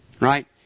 right